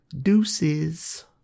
Deuces